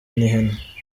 n’ihene